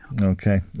Okay